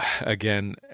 again